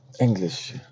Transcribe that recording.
English